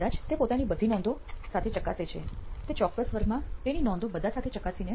કદાચ તે પોતાની નોંધો બધા સાથે ચકાસે છે તે ચોક્કસ વર્ગમાં તેની નોંધો બધા સાથે ચકાસીને